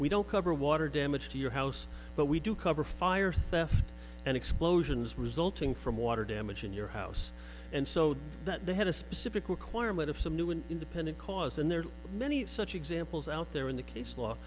we don't cover why no damage to your house but we do cover fire theft and explosions resulting from water damage in your house and so that they had a specific requirement of some new and independent cause and there are many such examples out there in the case law